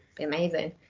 Amazing